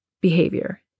behavior